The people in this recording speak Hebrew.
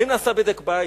האם נעשה בדק-בית?